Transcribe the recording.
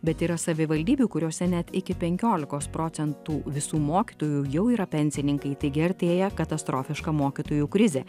bet yra savivaldybių kuriose net iki penkiolikos procentų visų mokytojų jau yra pensininkai taigi artėja katastrofiška mokytojų krizė